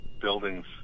buildings